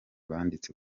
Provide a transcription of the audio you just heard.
banditse